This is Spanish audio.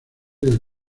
del